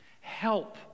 Help